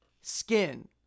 Skin